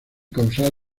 causar